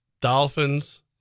dolphins